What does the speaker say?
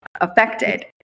affected